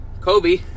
Kobe